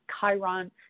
Chiron